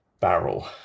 Barrel